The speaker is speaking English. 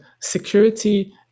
security